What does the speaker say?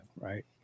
Right